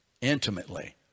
intimately